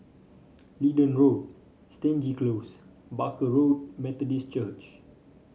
Leedon Road Stangee Close Barker Road Methodist Church